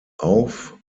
auf